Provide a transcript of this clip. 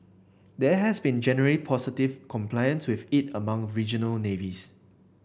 there has been generally positive compliance with it among regional navies